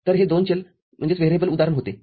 तर ते दोन चलउदाहरण होते